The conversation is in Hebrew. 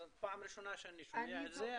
זאת פעם ראשונה שאני שומע את זה.